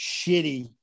shitty